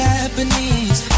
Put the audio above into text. Japanese